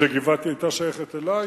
כשגבעתי היתה שייכת אלי,